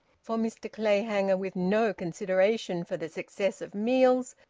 for mr clayhanger, with no consideration for the success of meals,